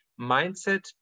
mindset